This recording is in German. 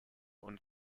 und